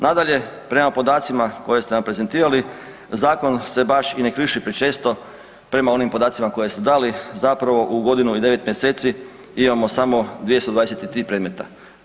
Nadalje, prema podacima koje ste nam prezentirali zakon se baš i ne krši prečesto prema onim podacima koje ste dali, zapravo u godinu i 9 mjeseci imamo samo 223 predmeta.